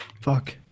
Fuck